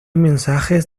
mensajes